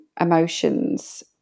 emotions